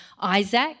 Isaac